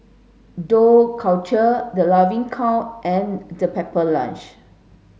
Dough Culture The Laughing Cow and the Pepper Lunch